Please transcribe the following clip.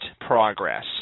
progress